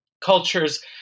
cultures